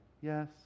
yes